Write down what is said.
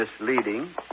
misleading